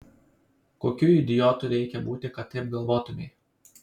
kokiu idiotu reikia būti kad taip galvotumei